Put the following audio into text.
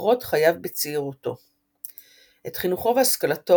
קורות חייו בצעירותו את חינוכו והשכלתו